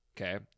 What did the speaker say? Okay